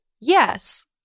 yes